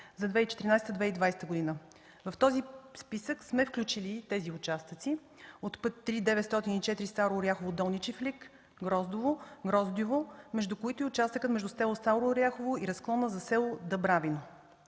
за 2014-2020 г. В този списък сме включили и тези участъци от път 3-904 Старо Оряхово–Долни Чифлик–Гроздьово, между които и участъкът между село Старо Оряхово и разклона за село Дъбравино.